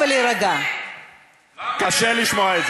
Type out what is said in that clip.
אני מרוקאי,